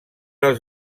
als